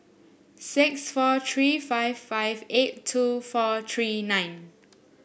six four three five five eight two four three nine